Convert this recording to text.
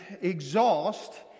exhaust